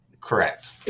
Correct